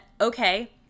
okay